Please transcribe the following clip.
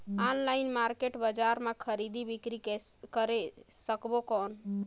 Online market बजार मां खरीदी बीकरी करे सकबो कौन?